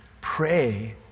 pray